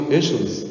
issues